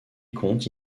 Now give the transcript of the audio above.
compte